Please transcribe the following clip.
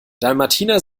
dalmatiner